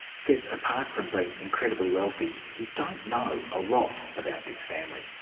says apart from being incredibly wealthy, we don't know a lot about this family.